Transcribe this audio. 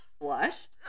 flushed